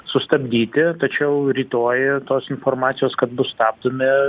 sustabdyti tačiau rytoj tos informacijos kad bus stabdomi